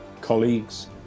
colleagues